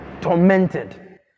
tormented